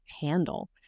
handle